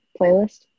playlist